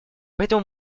поэтому